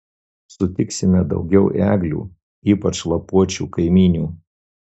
sutiksime daugiau eglių ypač lapuočių kaimynių